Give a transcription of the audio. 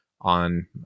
on